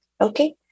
okay